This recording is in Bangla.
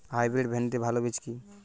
হাইব্রিড ভিন্ডির ভালো বীজ কি?